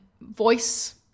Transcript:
voice